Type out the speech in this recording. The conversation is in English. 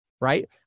right